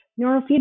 neurofeedback